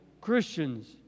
Christians